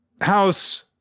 house